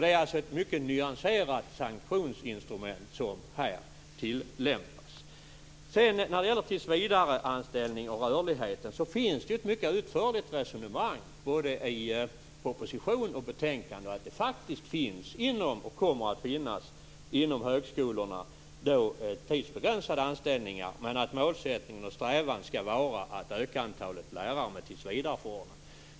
Det är alltså ett mycket nyanserat sanktionsinstrument som här tillämpas. Vad gäller frågan om tillsvidareanställningar och rörlighet finns ett mycket utförligt resonemang i både proposition och betänkande. Det kommer ju faktiskt att finnas tidsbegränsade anställningar inom högskolorna, även om målet och strävan skall vara att öka antalet lärare med tillsvidareförordnande.